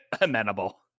amenable